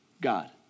God